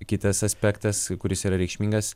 kitas aspektas kuris yra reikšmingas